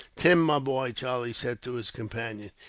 tim, my boy, charlie said to his companion,